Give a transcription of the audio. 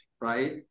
right